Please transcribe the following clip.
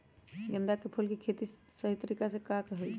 गेंदा के फूल के खेती के सही तरीका का हाई?